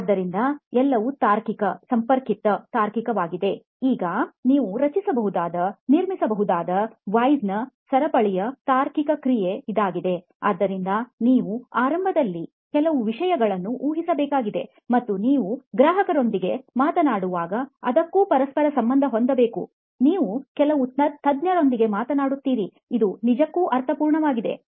ಇದರಿಂದ ಎಲ್ಲವೂ ತಾರ್ಕಿಕ ಸಂಪರ್ಕಿತ ತಾರ್ಕಿಕವಾಗಿದೆ ಈಗ ನೀವು ರಚಿಸಬಹುದಾದ ನಿರ್ಮಿಸಬಹುದಾದ Whys ನ ಸರಪಳಯ ತಾರ್ಕಿಕ ಕ್ರಿಯೆ ಇದಾಗಿದೆ ಆದ್ದರಿಂದ ನೀವು ಆರಂಭದಲ್ಲಿ ಕೆಲವು ವಿಷಯಗಳನ್ನು ಊಹಿಸಬೇಕಾಗಿದೆ ಮತ್ತು ನೀವು ಗ್ರಾಹಕರೊಂದಿಗೆ ಮಾತನಾಡುವಾಗ ಅದಕ್ಕೂ ಪರಸ್ಪರ ಸಂಬಂಧ ಹೊಂದಬಹುದು ನೀವು ಕೆಲವು ತಜ್ಞರೊಂದಿಗೆ ಮಾತನಾಡುತ್ತೀರಿ ಇದು ನಿಜಕ್ಕೂ ಅರ್ಥಪೂರ್ಣವಾಗಿದೆಯೆ